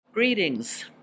Greetings